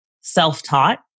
self-taught